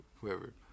whoever